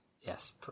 Yes